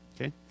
Okay